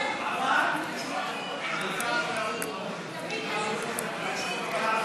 מדינה דמוקרטית, רב-תרבותית ושוויונית, לא נתקבלה.